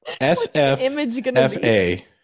S-F-F-A